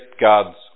God's